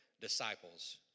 disciples